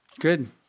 good